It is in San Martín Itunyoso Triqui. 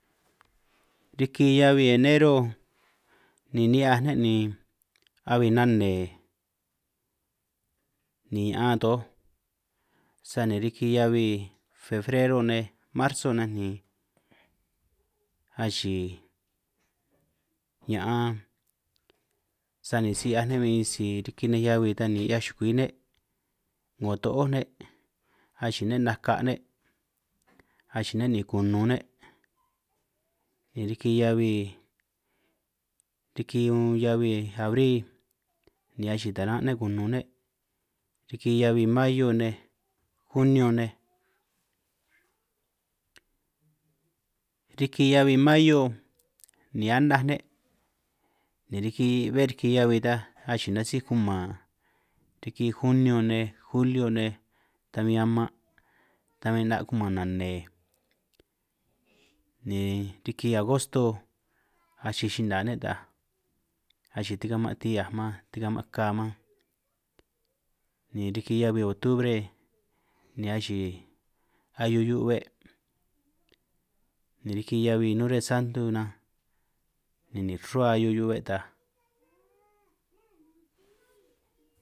Riki hiabi enero ni ni'hiaj ne' ni abi nane ni ña'an toj, sani riki hiabi febrero nej marzo nej ni achi' ña'an sani si 'hiaj ne' bin sisi riki nej hiabi tan ni 'hiaj chukwi ne', 'ngo to'ó ne' achi'i ne' naka' ne' achi'i ne' ni kunun ne', ni riki hiabi riki un hiabi abril ni achi'i taran ne' ni kunun ne', riki hiabi mayo nej junio nej riki hiabi mayo ni anaj ne', ni riki be riki hiabi ta achi'i nasij kuman riki junio nej, julio nej, ta bin aman' ta bin 'na' kuman nane, ni riki agosto achij chi'na nej, ta'aj achi'i tikaman tihiaj man tikaman ka man, ni riki hiabi ocubre ni achi'i ahiu hiu 'be', ni riki hiabi noresantu nan ni rruhua ahiu hiu 'be' ta'aj.